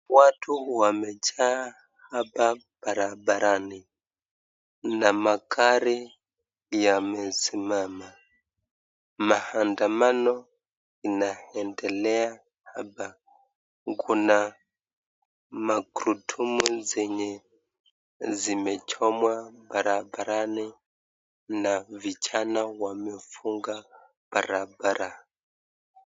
Watu wamejaa hapa barabarani na magari yamesimama. Maandamano yanaendelea hapa. Kuna magurudumu zenye zimechomwa barabarani na vijana wamefunga barabara.